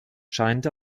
scheint